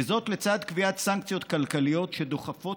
וזאת לצד קביעת סנקציות כלכליות שדוחפות